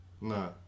No